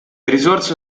risorse